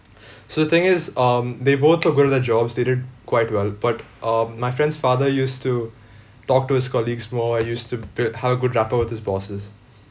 so the thing is um they both were good at their jobs they did quite well but uh my friend's father used to talk to his colleagues more and used to b~ have a good rapport with his bosses